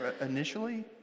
initially